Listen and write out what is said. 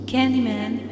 Candyman